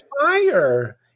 fire